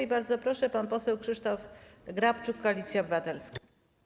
I bardzo proszę, pan poseł Krzysztof Grabczuk, Koalicja Obywatelska.